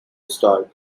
starred